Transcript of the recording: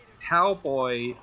cowboy